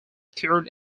cured